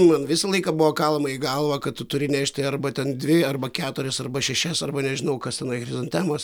man visą laiką buvo kalama į galvą kad tu turi nešti arba ten dvi arba keturias arba šešias arba nežinau kas tenai chrizantemos